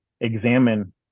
examine